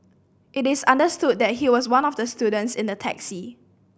it is understood that he was one of the students in the taxi